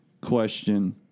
question